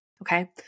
Okay